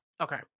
Okay